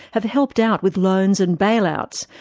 have helped out with loans and bailouts,